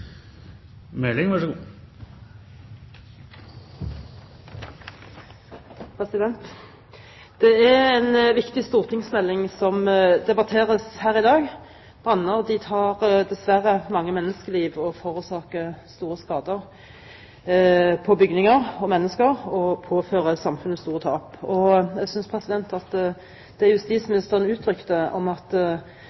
Meling. Det er en viktig stortingsmelding som debatteres her i dag. Branner tar dessverre mange menneskeliv og forårsaker store skader på bygninger og mennesker – og påfører samfunnet store tap. Det som justisministeren uttrykte om at brann og brannforebygging kanskje er det